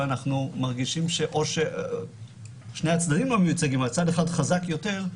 ואנחנו מרגישים שצד אחד חזק יותר,